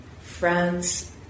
France